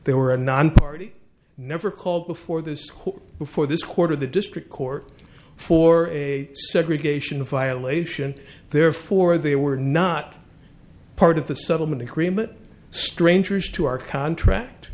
there were a nonparty never called before this court before this court or the district court for a segregation violation therefore they were not part of the settlement agreement strangers to our contract